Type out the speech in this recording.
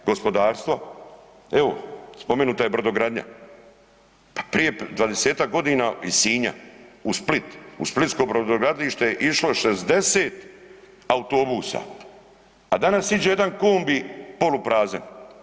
Gospodarstvo, evo spomenuta je brodogradnja, pa prije 20-ak godina iz Sinja u Split u Splitsko brodogradilište je išlo 60 autobusa, a danas iđe jedan kombi poluprazan.